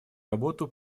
работу